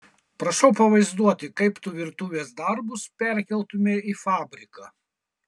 prašau pavaizduoti kaip tu virtuvės darbus perkeltumei į fabriką